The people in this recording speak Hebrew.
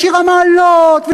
ושיר המעלות,